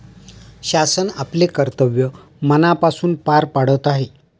शासन आपले कर्तव्य मनापासून पार पाडत आहे